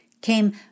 came